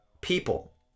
people